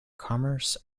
commerce